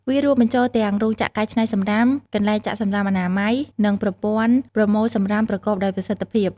វារួមបញ្ចូលទាំងរោងចក្រកែច្នៃសំរាម កន្លែងចាក់សំរាមអនាម័យ និងប្រព័ន្ធប្រមូលសំរាមប្រកបដោយប្រសិទ្ធភាព។